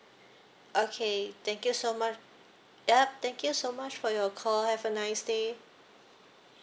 okay thank you so much ya thank you so much for your call have a nice day